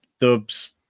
Dubs